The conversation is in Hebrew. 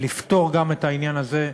לפתור גם את העניין הזה,